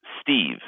Steve